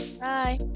bye